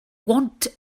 want